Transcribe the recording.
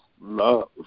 love